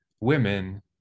women